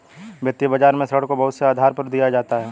वित्तीय बाजार में ऋण को बहुत से आधार पर दिया जाता है